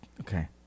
Okay